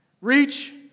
Reach